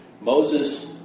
Moses